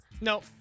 No